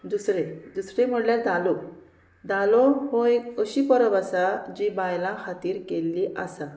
दुसरें दुसरें म्हणल्यार धालो धालो हो एक अशी परब आसा जी बायलां खातीर केल्ली आसा